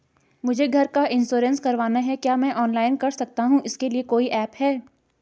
मुझे घर का इन्श्योरेंस करवाना है क्या मैं ऑनलाइन कर सकता हूँ इसके लिए कोई ऐप है?